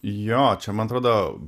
jo čia man atrodo